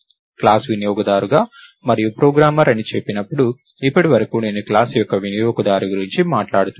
class వినియోగదారుగా మరియు programmer అని చెప్పినప్పుడు ఇప్పటి వరకు నేను క్లాస్ యొక్క వినియోగదారు గురించి మాట్లాడుతున్నాను